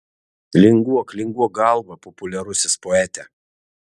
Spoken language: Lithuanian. linguok linguok galva populiarusis poete